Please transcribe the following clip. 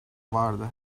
vardı